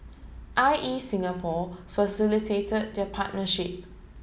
I E Singapore facilitated their partnership